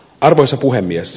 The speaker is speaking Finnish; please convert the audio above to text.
arvoisa puhemies